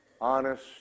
honest